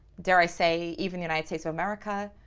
dare i say even the united states of america,